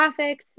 graphics